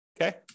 okay